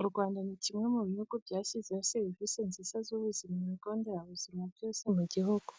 U Rwanda ni kimwe mu bihugu byashyizeho serivisi nziza z'ubuzima mu bigo nderabuzima byose mu jyihugu,